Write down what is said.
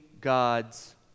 God's